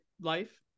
life